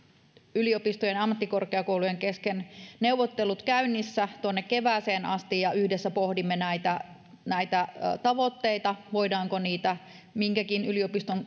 yliopistojen ja ammattikorkeakoulujen kesken neuvottelut käynnissä tuonne kevääseen asti ja yhdessä pohdimme näitä näitä tavoitteita voidaanko niitä minkäkin yliopiston